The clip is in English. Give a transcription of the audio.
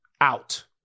out